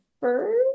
first